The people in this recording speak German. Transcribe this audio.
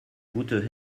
gute